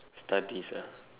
studies ah